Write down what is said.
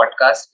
podcast